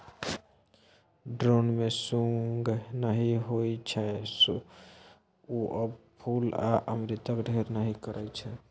drone मे सुंग नहि होइ छै ओ सब फुल आ अमृतक ढेर नहि करय छै